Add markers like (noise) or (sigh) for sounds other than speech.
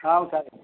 (unintelligible)